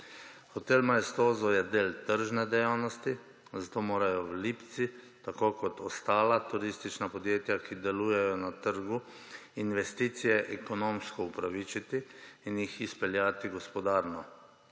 Hotel Maestoso je del tržne dejavnosti, zato morajo v Lipici tako kot ostala turistična podjetja, ki delujejo na trgu, investicije ekonomsko upravičiti in jih izpeljati gospodarno.